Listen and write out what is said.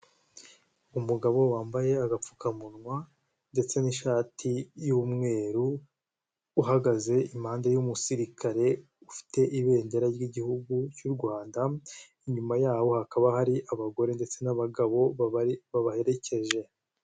Umugabo wambaye agapfukamunwa ndetse n'ishati y'umweru, uhagaze i mpande y'umusirikare ufite ibendera ry'Igihugu cy'u Rwanda, inyuma yaho hakaba hari abagore ndetse n'abagabo babaherekeje.